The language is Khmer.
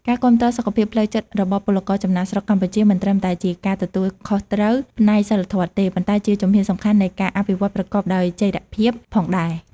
ការគាំទ្រសុខភាពផ្លូវចិត្តរបស់ពលករចំណាកស្រុកកម្ពុជាមិនត្រឹមតែជាការទទួលខុសត្រូវផ្នែកសីលធម៌ទេ ប៉ុន្តែជាជំហានសំខាន់នៃការអភិវឌ្ឍន៍ប្រកបដោយចីរភាពផងដែរ។